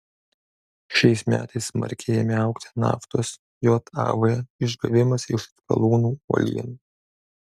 šiais metais smarkiai ėmė augti naftos jav išgavimas iš skalūnų uolienų